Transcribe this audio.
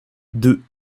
deux